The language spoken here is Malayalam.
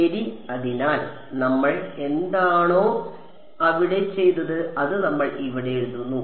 ശെരി അതിനാൽ നമ്മൾ എന്താണോ അവിടെ ചെയ്തത് അത് നമ്മൾ ഇവിടെ എഴുതുന്നു